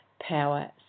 power